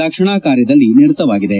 ರಕ್ಷಣಾ ಕಾರ್ಯದಲ್ಲಿ ನಿರತವಾಗಿದೆ